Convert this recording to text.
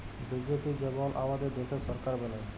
BJP যেমল আমাদের দ্যাশের সরকার বেলায়